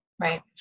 Right